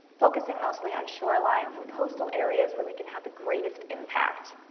focusing mostly on shore line and coastal areas where we could have the greatest impact.